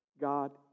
God